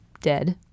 dead